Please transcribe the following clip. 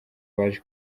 baje